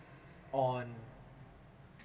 on